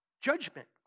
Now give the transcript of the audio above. Judgment